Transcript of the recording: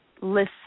listen